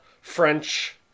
French